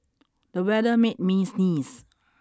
the weather made me sneeze